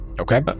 Okay